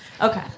Okay